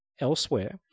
elsewhere